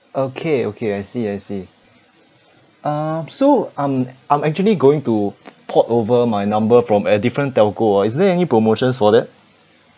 okay okay I see I see um so um I'm actually going to p~ port over my number from a different telco ah is there any promotions for that